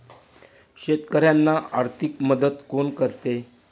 शेतकऱ्यांना आर्थिक मदत कोण करते?